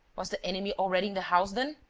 was the enemy already in the house, then?